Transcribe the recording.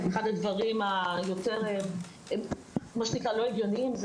אחד הדברים היותר מה שנקרא לא הגיוניים זה